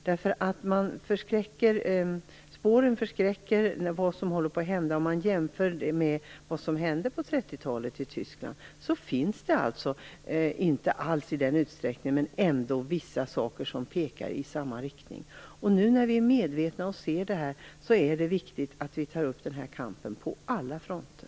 Spåren förskräcker om man jämför vad som håller på att hända med vad som hände på 30-talet i Tyskland. Det finns, om än inte alls i samma utsträckning, ändå vissa saker som pekar i samma riktning. Nu när vi är medvetna om det här, och ser det, är det viktigt att vi tar upp kampen på alla fronter.